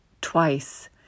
twice